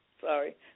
Sorry